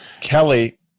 Kelly